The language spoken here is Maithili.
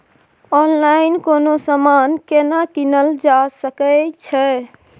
ऑनलाइन कोनो समान केना कीनल जा सकै छै?